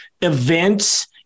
events